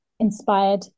inspired